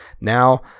now